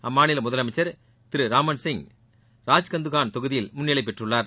அம்மாநில முதலமைச்சர் திரு ரமன் சிங் ராஜ்கந்துகான் தொகுதியில் முன்னிலை பெற்றுள்ளார்